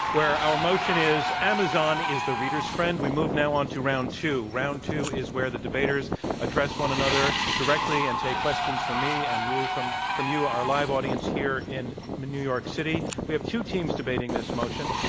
our motion is, amazon is the reader's friend. we move now on to round two. round two is where the debaters address one another directly and take questions from me and you from from you, our live audience here in new york city. we have two teams debating this motion,